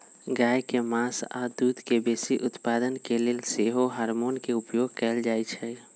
गाय के मास आऽ दूध के बेशी उत्पादन के लेल सेहो हार्मोन के उपयोग कएल जाइ छइ